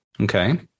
Okay